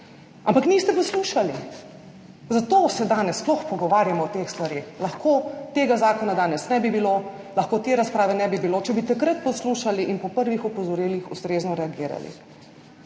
Ampak niste poslušali. Zato se danes sploh pogovarjamo o teh stvareh, lahko tega zakona danes ne bi bilo, lahko te razprave ne bi bilo, če bi takrat poslušali in po prvih opozorilih ustrezno reagirali.